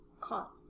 caught